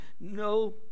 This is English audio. No